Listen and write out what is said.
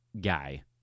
guy